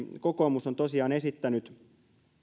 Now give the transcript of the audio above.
kokoomus on tosiaan esittänyt